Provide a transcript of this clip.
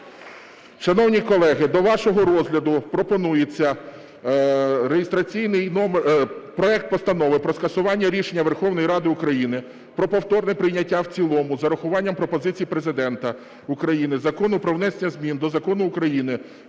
Шановні колеги, до вашого розгляду пропонується, реєстраційний номер… проект Постанови про скасування рішення Верховної Ради України про повторне прийняття в цілому з урахуванням пропозицій Президента України Закону про внесення змін до Закону України